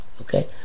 Okay